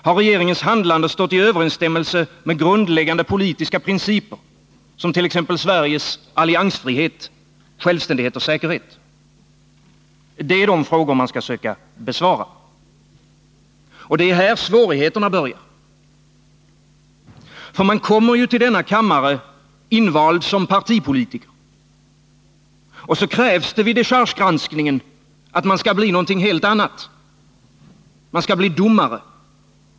Har regeringens handlande stått i Onsdagen den överensstämmelse med grundläggande politiska principer, t.ex. Sveriges 20 maj 1981 alliansfrihet, självständighet och säkerhet? Det är de frågor man skall söka besvara, och det är här svårigheterna börjar. För man kommer ju till denna kammare invald som partipolitiker, och så krävs det vid dechargegranskningen att man skall bli någonting helt annat. Man skall bli domare.